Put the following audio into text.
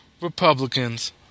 republicans